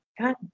God